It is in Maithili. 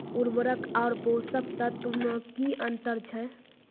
उर्वरक आर पोसक तत्व मे की अन्तर छै?